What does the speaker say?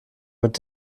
mit